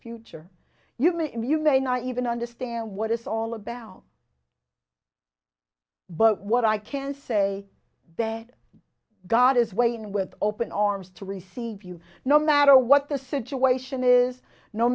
future human and you may not even understand what it's all about but what i can say that god is waiting with open arms to receive you no matter what the situation is no